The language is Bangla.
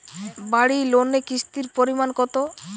বাড়ি লোনে কিস্তির পরিমাণ কত?